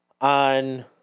on